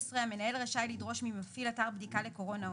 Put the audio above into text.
16. המנהל רשאי לדרוש ממפעיל אתר בדיקה לקורונה או